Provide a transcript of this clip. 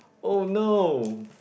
oh no